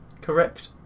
correct